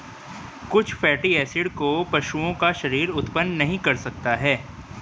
कुछ fatty acid को पशुओं का शरीर उत्पन्न नहीं कर सकता है